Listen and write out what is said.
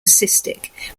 cystic